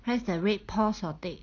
press the red pause or tape